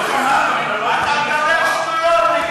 אתה מדבר שטויות.